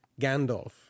Gandalf